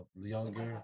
younger